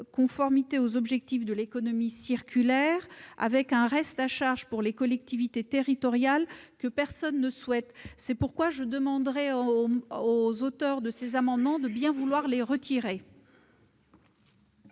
conformité aux objectifs de l'économie circulaire, avec un reste à charge pour les collectivités territoriales que personne ne souhaite. C'est pourquoi je demande aux auteurs des amendements n°16 rectifié